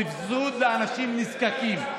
סבסוד לאנשים נזקקים.